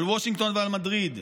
על וושינגטון ועל מדריד,